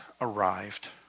arrived